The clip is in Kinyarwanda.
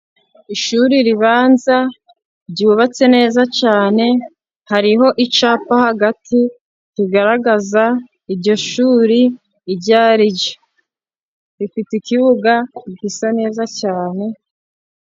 Ishuri ribanza ryubatse neza cyane, hariho icyapa hagati kigaragaza iryo shuri iryo ari ryo. Rifite ikibuga gisa neza cyane.